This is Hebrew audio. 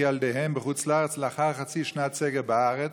ילדיהם בחוץ-לארץ לאחר חצי שנת סגר בארץ.